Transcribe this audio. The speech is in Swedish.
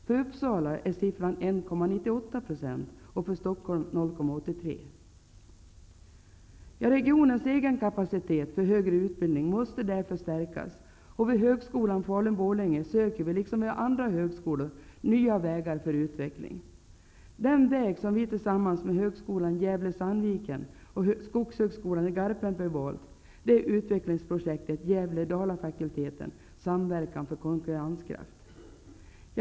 För Uppsala är siffran 1,98 % och för Regionens egen kapacitet för högre utbildning måste därför stärkas, och vid högskolan Falun-- Borlänge söker vi liksom vid andra högskolor nya vägar för utveckling. Den väg som vi tillsammans med högskolan Gävle--Sandviken och Samverkan för konkurrenskraft''.